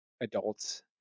adults